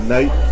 Night